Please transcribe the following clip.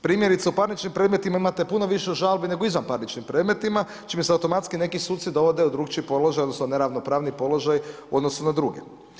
Primjerice, u parničnim predmetima imate puno više žalbi nego u izvanparničnim predmetima čime se automatski neki suci dovode u drukčiji položaj odnosno neravnopravniji položaj u odnosu na druge.